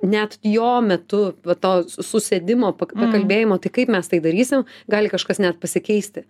net jo metu va to susėdimo pakalbėjimo tai kaip mes tai darysim gali kažkas net pasikeisti